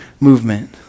movement